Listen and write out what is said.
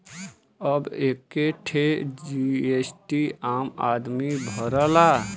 अब एक्के ठे जी.एस.टी आम आदमी भरला